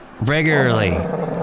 regularly